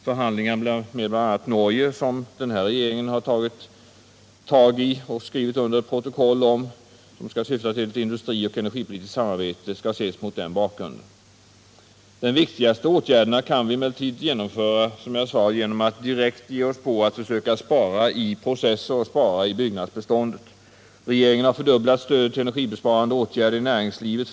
Förhandlingar med bl.a. Norge, som den här regeringen har skrivit under ett protokoll om och som skall syfta till ett industrioch energipolitiskt samarbete, skall ses mot den bakgrunden. De viktigaste åtgärderna kan vi emellertid, som jag sade, genomföra genom att direkt ge oss på att försöka spara i processer och i byggnadsbeståndet. Regeringen har fördubblat stödet till energibesparande åtgärder inom näringslivet.